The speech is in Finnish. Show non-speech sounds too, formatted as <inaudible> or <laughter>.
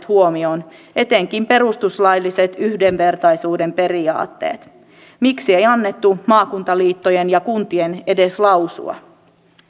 <unintelligible> huomioon etenkin perustuslailliset yhdenvertaisuuden periaatteet miksi ei annettu maakuntaliittojen ja kuntien edes lausua